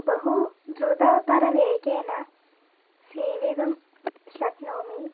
बहु द्रुततरवेगेन सीवितुं शक्नोमि